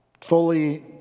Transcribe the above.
fully